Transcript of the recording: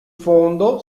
fondo